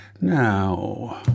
Now